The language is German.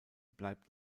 bleibt